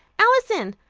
alison,